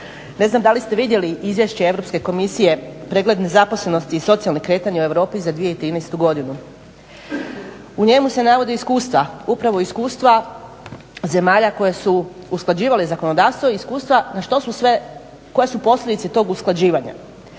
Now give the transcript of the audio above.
Ne znam da li ste vidjeli izvješće Europske komisije pregled nezaposlenosti i socijalna kretanja u Europi za 2013.godinu. u njemu se navode iskustva upravo iskustva zemalja koje su usklađivale zakonodavstvo i iskustva i koje su posljedice tog usklađivanja.